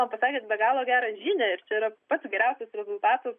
man pasakėt be galo gerą žinią ir čia yra pats geriausias rezultatas